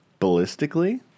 Ballistically